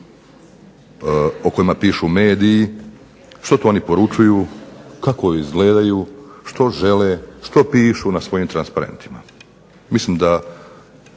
o kojima pišu mediji, što to oni poručuju, kako izgledaju, što žele, što pišu na svojim transparentnima. Mislim da